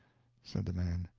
said the man.